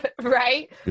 Right